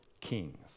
kings